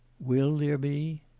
will there be?